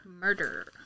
murder